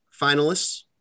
finalists